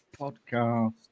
Podcast